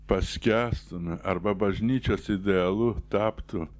paskęsta arba bažnyčios idealu taptų